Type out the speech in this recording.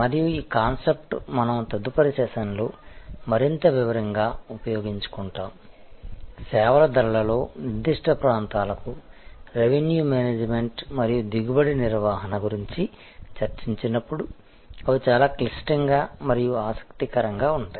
మరియు ఈ కాన్సెప్ట్ మనం తదుపరి సెషన్లో మరింత వివరంగా ఉపయోగించుకుంటాము సేవల ధరలలో నిర్దిష్ట ప్రాంతాలకు రెవెన్యూ మేనేజ్మెంట్ మరియు దిగుబడి నిర్వహణ గురించి చర్చించినప్పుడు అవి చాలా క్లిష్టంగా మరియు ఆసక్తికరంగా ఉంటాయి